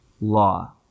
law